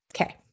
Okay